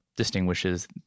Distinguishes